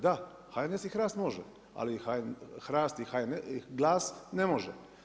Da, HNS i HRAST može, ali HRAST i GLAS ne može.